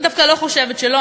אני דווקא חושבת שלא.